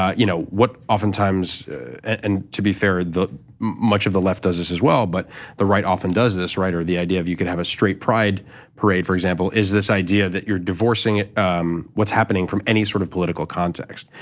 ah you know what often times and to be fair, the much of the left does this as well but the right often does this. or the idea that you could have a straight pride parade for example, is this idea that you're divorcing what's happening from any sort of political context,